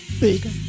big